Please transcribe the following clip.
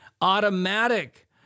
automatic